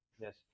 Yes